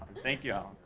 thank you,